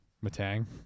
Matang